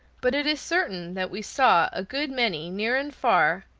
but it is certain that we saw a good many, near and far,